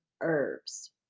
herbs